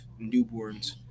newborns